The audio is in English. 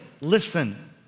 listen